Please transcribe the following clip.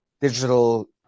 digital